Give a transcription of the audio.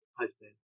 husband